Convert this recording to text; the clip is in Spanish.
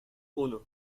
uno